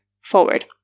forward